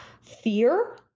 Fear